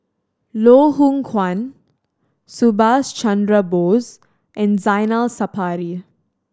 Loh Hoong Kwan Subhas Chandra Bose and Zainal Sapari